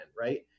right